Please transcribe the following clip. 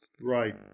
Right